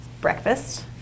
Breakfast